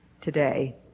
today